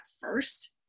first